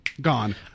gone